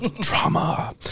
Drama